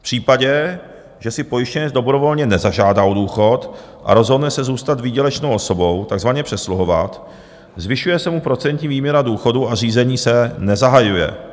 V případě, že si pojištěnec dobrovolně nezažádá o důchod a rozhodne se zůstat výdělečnou osobou, takzvaně přesluhovat, zvyšuje se mu procentní výměra důchodu a řízení se nezahajuje.